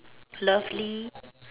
lovely